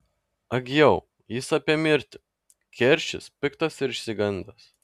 ag jau jis apie mirtį keršis piktas ir išsigandęs